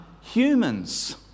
humans